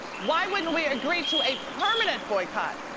why wouldn't we agree to a permanent boycott?